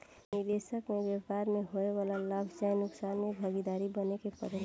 निबेसक के व्यापार में होए वाला लाभ चाहे नुकसान में भागीदार बने के परेला